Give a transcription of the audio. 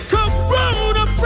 Corona